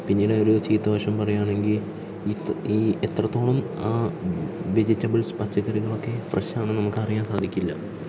പിന്നീട് ഒരു ചീത്തവശം പറയുകയാണെങ്കിൽ ഇത് ഈ എത്രത്തോളം ആ വെജിറ്റബ്ൾസ് പച്ചക്കറികളൊക്കെ ഫ്രഷാണോ നമുക്കറിയാൻ സാധിക്കില്ല